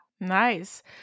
Nice